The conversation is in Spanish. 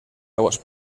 aguas